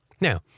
Now